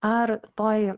ar toj